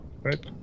right